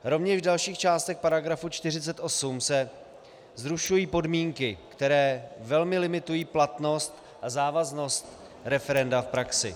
Rovněž v dalších částech § 48 se zrušují podmínky, které velmi limitují platnost a závaznost referenda v praxi.